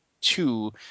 two